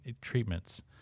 treatments